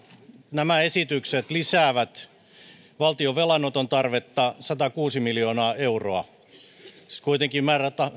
nämä esitykset lisäävät valtion velanoton tarvetta satakuusi miljoonaa euroa siis kuitenkin